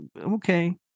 okay